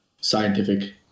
scientific